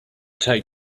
take